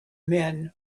men